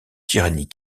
tyrannie